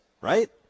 right